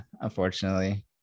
unfortunately